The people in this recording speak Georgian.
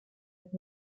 ერთი